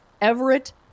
Everett